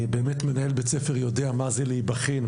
מנהל בית ספר יודע מה זה להיבחן,